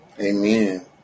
Amen